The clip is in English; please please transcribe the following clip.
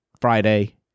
Friday